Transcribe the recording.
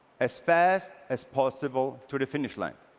as fast as possible to the finish line.